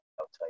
outside